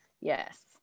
yes